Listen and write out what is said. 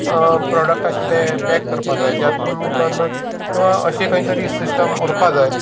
प्रोडाक्टाची ते पेक करपाक जाय जातून करन खंय अशे खंय तरी सिस्टम उरपाक जाय